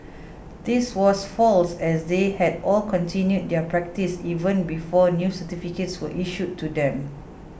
this was false as they had all continued their practice even before new certificates were issued to them